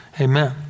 Amen